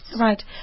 Right